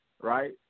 right